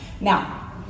Now